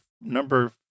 number